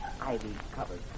ivy-covered